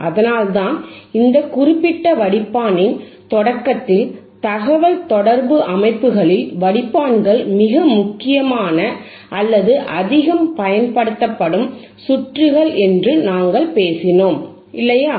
அதனால்தான் இந்த குறிப்பிட்ட வடிப்பானின் தொடக்கத்தில் தகவல் தொடர்பு அமைப்புகளில் வடிப்பான்கள் மிக முக்கியமான அல்லது அதிகம் பயன்படுத்தப்படும் சுற்றுகள் என்று நாங்கள் பேசினோம் இல்லையா